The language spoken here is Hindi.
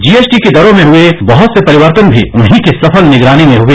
जीएसटी की दरों में हुए बहुत से परिवर्तन भी उन्हीं की सफल निगरानी में हुए